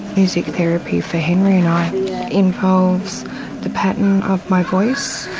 music therapy for henry and i involves the pattern of my voice,